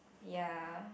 ya